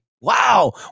Wow